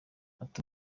ati